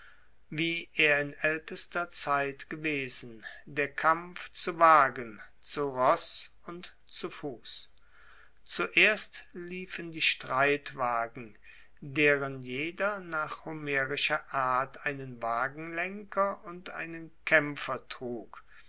wie er in aeltester zeit gewesen der kampf zu wagen zu ross und zu fuss zuerst liefen die streitwagen deren jeder nach homerischer art einen wagenlenker und einen kaempfer trug